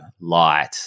light